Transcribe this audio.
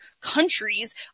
countries